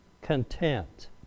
content